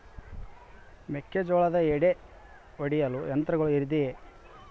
ಮೆಕ್ಕೆಜೋಳದ ಎಡೆ ಒಡೆಯಲು ಯಂತ್ರಗಳು ಇದೆಯೆ?